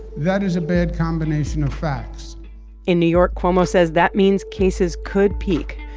that is a bad combination of facts in new york, cuomo says that means cases could peak,